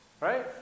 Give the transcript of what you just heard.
right